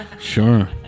Sure